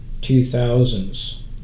2000s